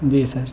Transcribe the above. جی سر